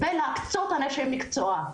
ולהקצות אנשי מקצוע.